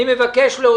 אני מבקש להוסיף.